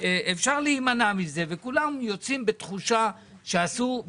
אפשר להימנע מזה וכולם יוצאים בתחושה שעשו,